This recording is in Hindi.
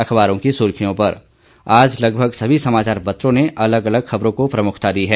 अखबारों की सुर्खियों पर आज लगभग सभी समाचार पत्रों ने अलग अलग खबरों को प्रमुखता दी है